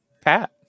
pat